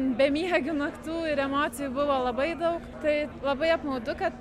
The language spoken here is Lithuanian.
bemiegių naktų ir emocijų buvo labai daug tai labai apmaudu kad